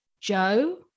Joe